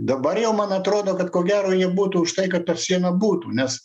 dabar jau man atrodo kad ko gero jie būtų už tai kad ta siena būtų nes